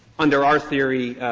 under our theory,